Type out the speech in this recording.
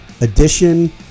edition